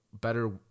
better